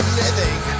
living